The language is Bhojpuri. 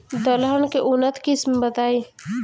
दलहन के उन्नत किस्म बताई?